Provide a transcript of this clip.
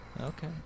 Okay